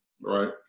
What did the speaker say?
right